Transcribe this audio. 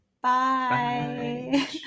Bye